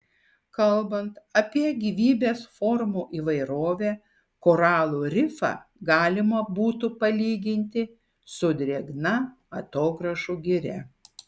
kalbant apie gyvybės formų įvairovę koralų rifą galima būtų palyginti su drėgna atogrąžų giria